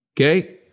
Okay